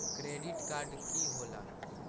Credit card की होला?